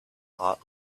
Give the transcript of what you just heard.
aunt